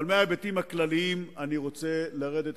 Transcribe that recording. אבל מההיבטים הכלליים אני רוצה לרדת,